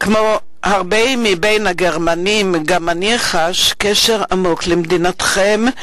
כמו הרבה מן הגרמנים גם אני חש קשר עמוק למדינתכם.